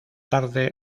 tarde